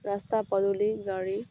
ৰাস্তা পদূলি গাড়ী